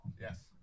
Yes